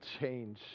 change